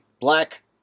Black